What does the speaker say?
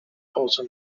possam